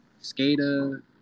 skater